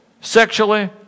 sexually